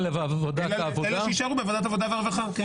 שיישמרו בוועדת העבודה והרווחה.